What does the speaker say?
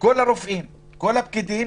כל הרופאים וכל הפקידים